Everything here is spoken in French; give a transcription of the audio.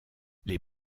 les